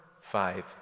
five